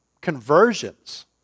conversions